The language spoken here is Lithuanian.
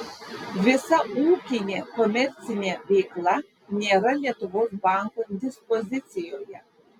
visa ūkinė komercinė veikla nėra lietuvos banko dispozicijoje